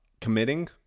committing